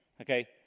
Okay